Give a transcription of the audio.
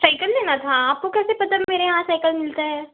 cycle लेना था आपको कैसे पता मेरे यहाँ साइकल मिलता है